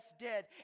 dead